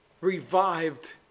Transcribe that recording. revived